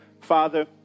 Father